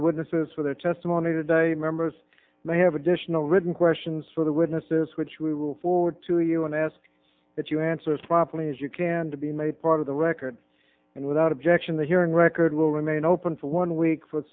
the witnesses for their testimony today members may have additional written questions for the witnesses which we will forward to you and ask that you answer promptly as you can to be made part of the record and without objection the hearing record will remain open for one week fo